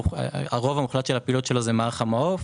הרוב המוחלט של הפעילות שלו הוא מערך המעוף,